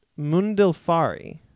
Mundilfari